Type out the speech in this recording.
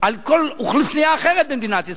מכל אוכלוסייה אחרת במדינת ישראל,